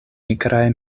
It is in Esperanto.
nigraj